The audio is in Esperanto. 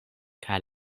kaj